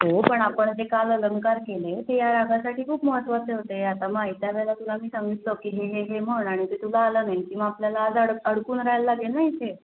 हो पण आपण जे काल अलंकार केले ते या रागासाठी खूप महत्त्वाचे होते आता मग आयत्या वेळेला तुला मी सांगितलं की हे हे हे म्हण आणि ते तुला आलं नाही की मग आपल्याला आज अड अडकून राहायला लागेल ना इथे